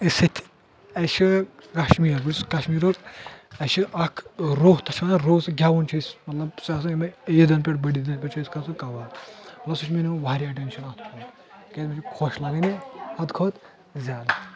أسۍ یتہِ أسۍ چھِ کشمیٖر بہٕ چھُس کشمیرُک أسہِ چھِ اکھ روہ تتھ چھِ ونان روہ سہُ گیوُن چھِ اسۍ مطلب سہُ آسان یِمٕے عیٖدَن پیٹھ بٔڑعیدَن پٮ۪ٹھ چھِ سہُ کران سہُ میلان واریاہ اٹینٹشن اتھ کیازِ مےٚ چھُ خۄش لگان یہِ حدٕ کھۄتہٕ زیادٕ